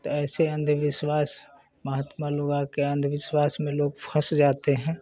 तो ऐसे अंधविश्वास महात्मा लोग आ कर अंधविश्वास में लोग फस जाते हैं